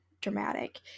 dramatic